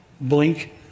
blink